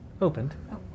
Opened